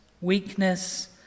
weakness